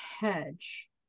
hedge